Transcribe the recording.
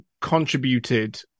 contributed